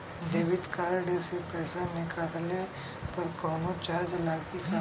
Debit card से पैसा निकलले पर कौनो चार्ज लागि का?